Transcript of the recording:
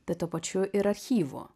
bet tuo pačiu ir archyvo